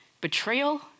betrayal